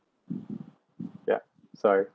ya sorry